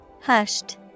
Hushed